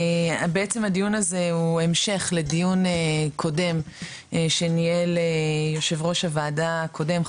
בעצם הדיון הזה הוא המשך לדיון קודם שניהל יושב ראש הוועדה הקודם,